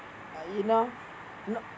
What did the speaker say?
uh you know no